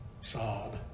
sob